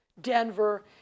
Denver